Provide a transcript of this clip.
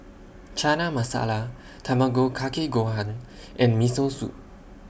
Chana Masala Tamago Kake Gohan and Miso Soup